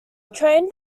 trained